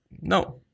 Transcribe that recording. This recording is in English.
no